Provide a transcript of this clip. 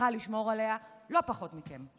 מבטיחה לשמור עליה לא פחות מכם.